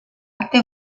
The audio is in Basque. arte